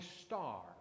star